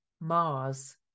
mars